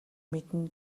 мэднэ